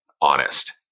honest